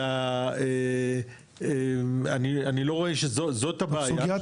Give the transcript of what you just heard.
אלא אני לא רואה שזאת הבעיה --- סוגיית